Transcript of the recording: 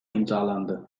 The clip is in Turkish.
imzalandı